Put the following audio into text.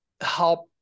help